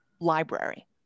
library